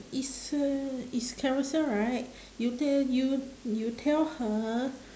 is uh is carousell right you te~ you you tell her